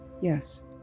Yes